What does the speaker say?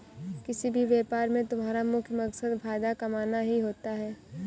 किसी भी व्यापार में तुम्हारा मुख्य मकसद फायदा कमाना ही होता है